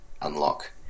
unlock